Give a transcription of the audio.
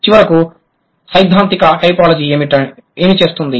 చివరకు సైద్ధాంతిక టైపోలాజీ ఏమి చేస్తుంది